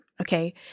Okay